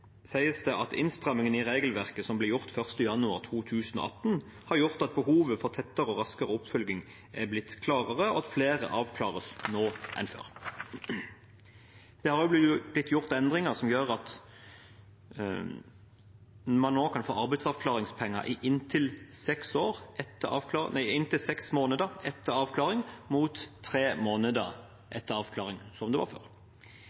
sies det at innstrammingen i regelverket som ble gjort 1. januar 2018, har gjort at behovet for tettere og raskere oppfølging er blitt klarere, og at flere avklares nå enn før. Det har også blitt gjort endringer som gjør at man nå kan få arbeidsavklaringspenger i inntil seks måneder etter avklaring – mot tre måneder etter avklaring, som det var før. I dag er det